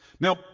Now